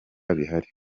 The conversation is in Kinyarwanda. bihari